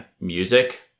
music